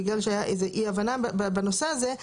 בגלל שהייתה איזה אי הבנה בנושא הזה,